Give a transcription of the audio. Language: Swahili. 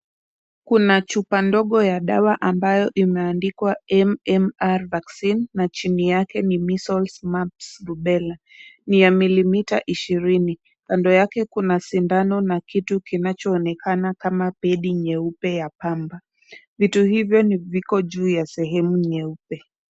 Kuna chupa ndogo ya dawa ambayo imeandikwa MMR vaccine , na chini yake ni measles, mumps, rubella ni ya mililita ishirini. Kando yake kuna sindano na kitu kinachoonekana kama pedi nyeupe ya pamba. Vitu hivyo viko juu ya sehemu nyeupe.